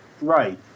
Right